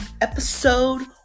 episode